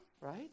right